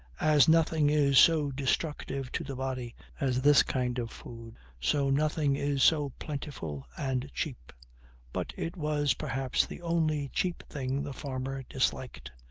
as nothing is so destructive to the body as this kind of food, so nothing is so plentiful and cheap but it was perhaps the only cheap thing the farmer disliked.